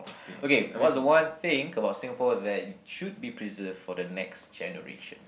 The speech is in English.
okay what's the one thing about Singapore that should be preserved for the next generation